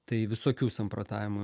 tai visokių samprotavimų